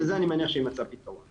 לזה אני מניח שיימצא הפתרון.